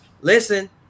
Listen